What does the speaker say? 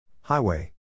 Highway